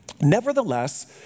Nevertheless